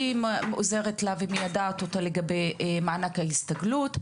היא עוזרת לה ומיידעת אותה לגבי מענק ההסתגלות,